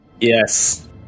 Yes